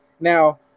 Now